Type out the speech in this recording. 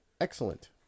excellent